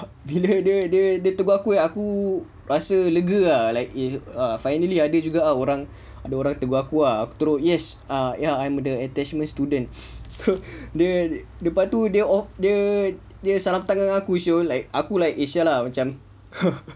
bila dia dia dia tegur aku aku rasa lega ah like eh finally ada juga ah ada orang ah tegur aku aku terus yes ya I'm attachment student dia lepas tu dia dia dia salam tangan aku [siol] like aku like aku eh !siala! macam